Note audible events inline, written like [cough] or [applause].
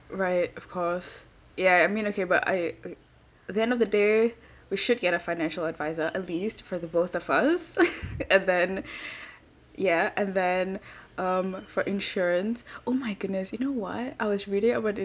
right of course ya I mean okay but I like at the end of the day we should get a financial advisor it'll be used for the both of us [laughs] and then ya and then um for insurance oh my goodness you know what I was reading about it